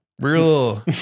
Real